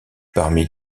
parmi